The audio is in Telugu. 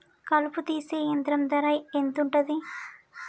కలుపు తీసే యంత్రం ధర ఎంతుటది?